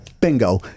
bingo